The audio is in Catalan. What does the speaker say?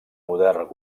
modern